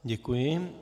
Děkuji.